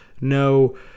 no